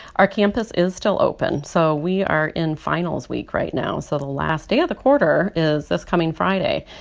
our campus is still open. so we are in finals week right now. so the last day of the quarter is this coming friday.